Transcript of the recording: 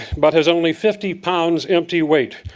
but has only fifty pounds empty weight.